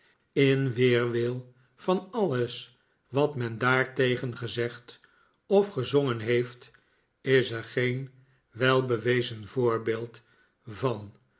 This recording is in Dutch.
in weerwil van alles wat men daartegen gezegd of gezongen heeft is er geen welbewezen voorbeeld van